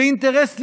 זה אינטרס לאומי,